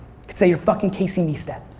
can say you're fucking casey neistat.